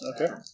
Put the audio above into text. Okay